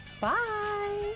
Bye